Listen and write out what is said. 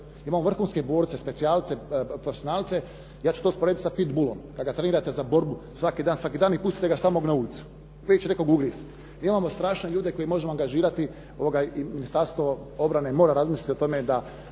imamo vrhunske borce, specijalce, profesionalce, ja ću to usporediti sa pit bulom kada ga trenirate za borbu svaki dan, svaki dan i pustite ga samog na ulicu uvijek će nekog ugristi. Mi imamo strašne ljudi koje možemo angažirati i Ministarstvo obrane mora razmisliti o tome da